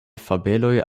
fabeloj